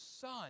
son